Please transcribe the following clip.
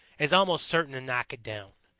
is almost certain to knock it down,